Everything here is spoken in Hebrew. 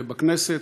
בכנסת,